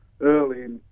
early